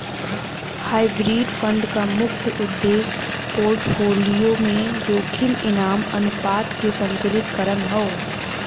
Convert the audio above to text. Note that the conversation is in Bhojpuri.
हाइब्रिड फंड क मुख्य उद्देश्य पोर्टफोलियो में जोखिम इनाम अनुपात के संतुलित करना हौ